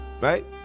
right